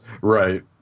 Right